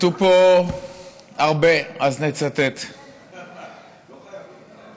אני לא חייבת,